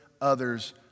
others